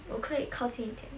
我可以靠近一点